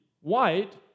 white